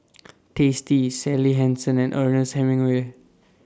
tasty Sally Hansen and Ernest Hemingway